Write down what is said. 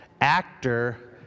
actor